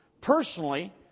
personally